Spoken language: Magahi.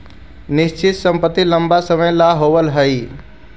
निश्चित संपत्ति लंबा समय ला होवऽ हइ